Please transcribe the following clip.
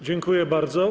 Dziękuję bardzo.